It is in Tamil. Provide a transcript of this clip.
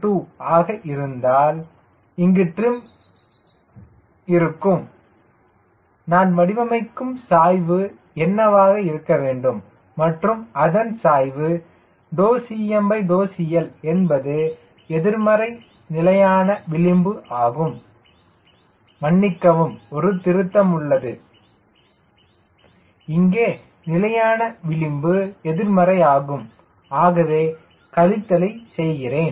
2 ஆக மாறினால் இங்கு டிரிம் இருக்கு நான் வடிவமைக்கும் சாய்வு என்னவாக இருக்க வேண்டும் மற்றும் அதன் சாய்வு CmCL என்பது எதிர்மறை நிலையான விளிம்பு ஆகும் மன்னிக்கவும் ஒரு திருத்தம் உள்ளது இங்கே நிலையான விளிம்பு எதிர்மறை ஆகும் ஆகவே கழித்தலை சேர்க்கிறேன்